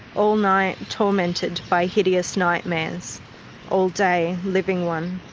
all night tormented by hideous nightmares all day living one.